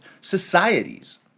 Societies